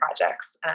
projects